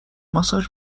ماساژ